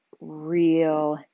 real